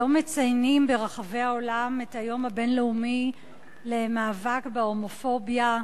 היום מציינים ברחבי העולם את היום הבין-לאומי למאבק בהומופוביה,